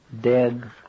dead